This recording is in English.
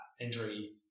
injury